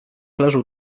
leżą